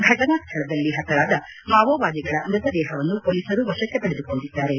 ಫಟನಾ ಸ್ಥಳದಲ್ಲಿ ಪತರಾದ ಮಾವೋವಾದಿಗಳ ಮೃತದೇಹವನ್ನು ಪೋಲಿಸರು ವಶಕ್ಕೆ ಪಡೆದುಕೊಂಡಿದ್ದಾರೆ